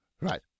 Right